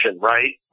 right